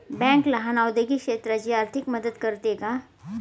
Bank लहान औद्योगिक क्षेत्राची आर्थिक मदत करते का?